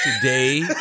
today